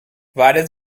várias